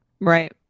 Right